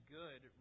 good